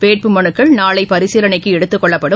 வேட்புமனுக்கள் நாளை பரிசீலனைக்கு எடுத்துக் கொள்ளப்படும்